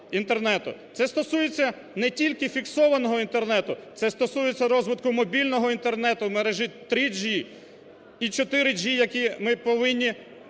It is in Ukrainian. Це стосується не тільки фіксованого Інтернету, це стосується розвитку мобільного Інтернету, мережі 3G і 4G, які ми повинні дати